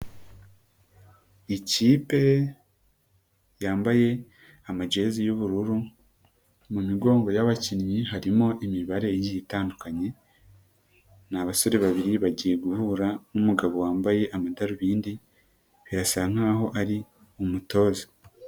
Ikipe yambaye amajezi y'ubururu, mu migongo y'abakinnyi harimo imibare igiye itandukanye, ni abasore babiri bagiye guhura n'umugabo wambaye amadarubindi, birasa nkaho ari umutoza.